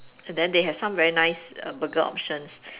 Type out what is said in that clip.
and then they have some very nice burger options